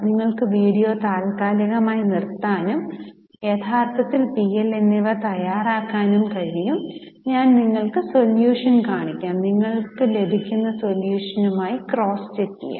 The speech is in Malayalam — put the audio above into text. നിങ്ങൾക്ക് വീഡിയോ താൽക്കാലികമായി നിർത്താനും യഥാർത്ഥത്തിൽ പി എൽ എന്നിവ തയ്യാറാക്കാനും കഴിയും ഞാൻ നിങ്ങൾക്ക് സൊല്യൂഷൻ കാണിക്കും നിങ്ങൾക്ക് ലഭിക്കുന്ന സൊല്യൂഷൻ ക്രോസ് ചെക്ക് ചെയ്യാം